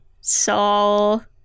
Saul